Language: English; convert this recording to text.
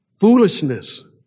Foolishness